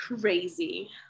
crazy